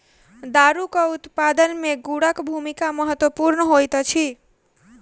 दारूक उत्पादन मे गुड़क भूमिका महत्वपूर्ण होइत अछि